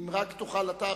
אם רק תוכל אתה,